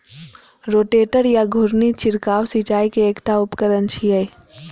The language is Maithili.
रोटेटर या घुर्णी छिड़काव सिंचाइ के एकटा उपकरण छियै